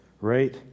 right